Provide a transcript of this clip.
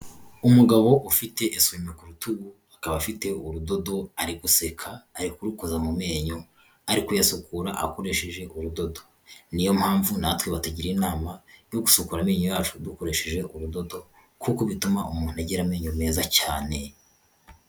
Umugabo ufite esuwime ku rutugu, akaba afite urudodo ari guseka, ari kurukoza mu menyo, ari kuyasukura akoresheje ubudodo, niyo mpamvu natwe batugira inama yo gusukura amenyo yacu dukoresheje urudodo, kuko bituma umuntu agira amenyo neza cyane.